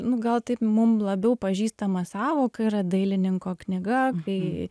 nu gal taip mum labiau pažįstama sąvoka yra dailininko knyga kai